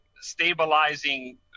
stabilizing